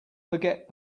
forget